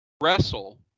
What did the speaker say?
wrestle